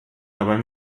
dabei